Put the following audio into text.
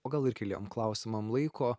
o gal ir kitiem klausimam laiko